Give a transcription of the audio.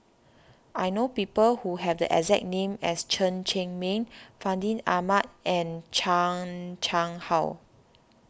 I know people who have the exact name as Chen Cheng Mei Fandi Ahmad and Chan Chang How